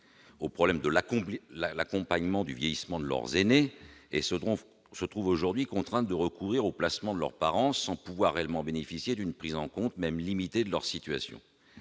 au problème de l'accompagnement du vieillissement de leurs aînés, se trouvent aujourd'hui contraintes de recourir au placement de leurs parents sans pouvoir réellement bénéficier d'une prise en compte, même limitée, de leur situation.